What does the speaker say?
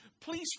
please